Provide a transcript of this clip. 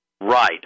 right